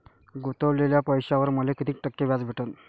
गुतवलेल्या पैशावर मले कितीक टक्के व्याज भेटन?